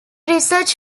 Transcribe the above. research